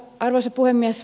arvoisa puhemies